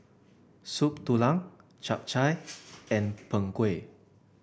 Soup Tulang Chap Chai and Png Kueh